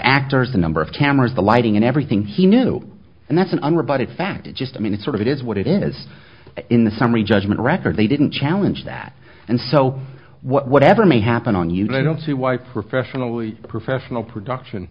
actors the number of cameras the lighting and everything he knew and that's an unrequited fact it's just i mean it's sort of it is what it is in the summary judgment record they didn't challenge that and so whatever may happen on you know i don't see why professionally professional production